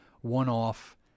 one-off